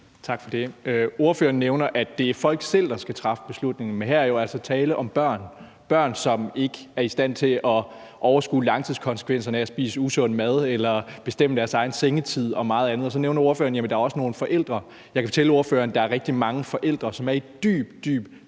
Tak for det. Ordføreren nævner, at det er folk selv, der skal træffe beslutningen. Men her er der altså tale om børn – børn, som ikke er i stand til at overskue langtidskonsekvenserne af at spise usund mad eller bestemme deres egen sengetid og meget andet. Og så nævner ordføreren, at der også er nogle forældre. Jeg kan fortælle ordføreren, at der er rigtig mange forældre, som er i dyb, dyb